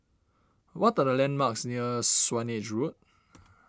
what are the landmarks near Swanage Road